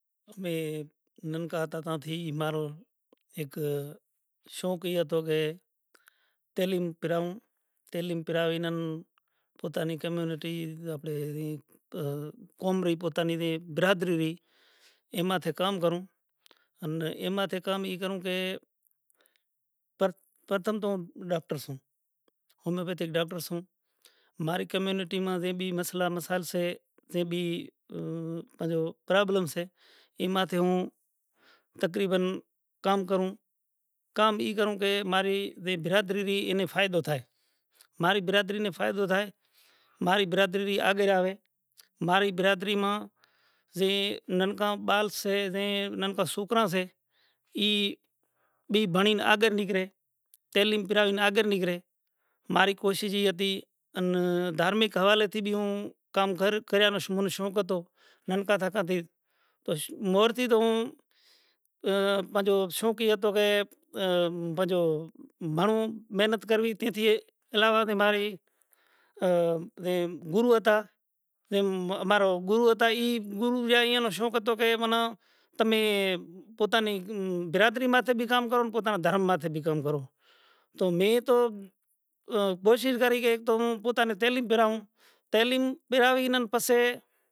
ننکا ھتا توں آں تھئی جی مارو اک شوق ای ھتو کہ ٹیلنگ پراؤں ٹیلنگ پراوانی ام پوتا نی کمیونٹی آپرے ری قوم رہی پوتا نی برادری رہی ایماں تھی کام کروں۔ انا ایماں تھی کام ای کروں رے پر پرتم توں ڈاکڑ سوں۔ ھومیو پیتھک ڈاکڑ سوں۔ ماری کمیونٹی ما جے بھی مسئلہ مسائل سے جیں بھی پرابلم سے ایما تھی اوں تقریباً کام کروں۔ کام ای کروں کہ ماری رے برادری رے فائدو تھائے۔ ماری برادری رے فائدو تھائے۔ ماری برادری آگل آھے۔ ماری برادری ما جی نمکا بال صحیح رے نمکا سوکرا صحیح رے ای بھی بھنڑین آگڑ نکلے۔ ٹیلنگ پرا آگل نکلے۔ ماری کوشش ای ھتی۔ ان دھارمک ھوالے تھی بی اوں کام کر کریا نو منے شوق ھتو۔ ننکا داتا دیر تو مور تھی توں موں اں پنجھو شوق ای ھتو کہ اں پنجھو بھنڑو محنت کروی تھی تی اے علاوہ تھا تے ماری آں ایم گُروں ھتا تیم امارو گُروں ھتا ای گُروں ایاں ای شوق ھتو کہ اے من تمے ہوتا نی برادری ماتے بھی کام کرو پوتا نوں دھرم ماتے بھی کام کرو۔ تو میں تو کوشش کری کہ اک توں موں پوتا نوں ٹیلنگ پراؤں۔ ٹیلنگ پراوی نے پسے۔